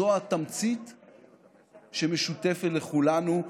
זו התמצית שמשותפת לכולנו.